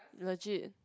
legit